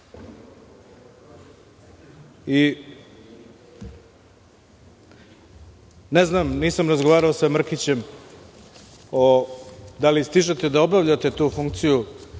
Ne znam, nisam razgovarao sa Mrkićem, da li stižete da obavljate tu funkciju